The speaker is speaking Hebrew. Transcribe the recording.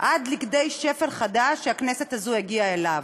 עד כדי שפל חדש שהכנסת הזאת הגיעה אליו,